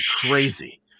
crazy